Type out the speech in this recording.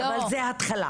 אבל זה התחלה.